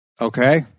Okay